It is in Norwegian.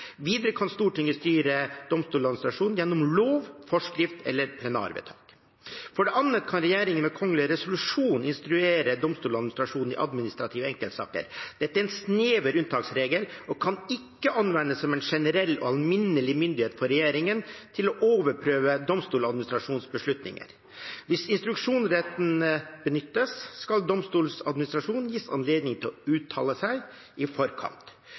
Videre kan Stortinget styre Domstoladministrasjonen gjennom lov, forskrift eller plenarvedtak. For det andre kan regjeringen ved kongelig resolusjon instruere Domstoladministrasjonen i administrative enkeltsaker. Dette er en snever unntaksregel og kan ikke anvendes som en generell og alminnelig myndighet for regjeringen til å overprøve Domstoladministrasjonens beslutninger. Hvis instruksjonsretten benyttes, skal Domstoladministrasjonen gis anledning til å uttale seg i forkant.